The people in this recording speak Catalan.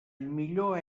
millor